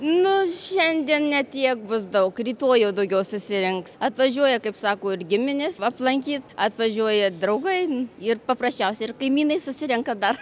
nu šiandien ne tiek bus daug rytoj jau daugiau susirinks atvažiuoja kaip sako ir giminės aplanky atvažiuoja draugai ir paprasčiausiai ir kaimynai susirenka dar